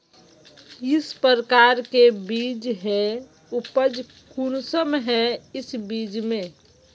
किस प्रकार के बीज है उपज कुंसम है इस बीज में?